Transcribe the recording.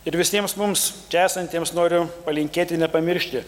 ir visiems mums čia esantiems noriu palinkėti nepamiršti